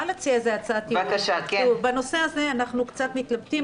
בנושא הזה אנחנו קצת מתלבטים,